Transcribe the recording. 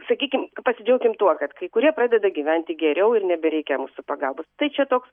sakykim pasidžiaukim tuo kad kai kurie pradeda gyventi geriau ir nebereikia mūsų pagalbos tai čia toks